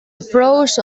approach